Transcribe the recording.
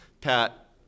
Pat